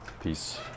Peace